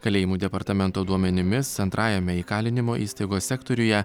kalėjimų departamento duomenimis antrajame įkalinimo įstaigos sektoriuje